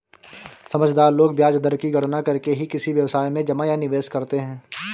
समझदार लोग ब्याज दर की गणना करके ही किसी व्यवसाय में जमा या निवेश करते हैं